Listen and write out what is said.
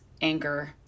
anger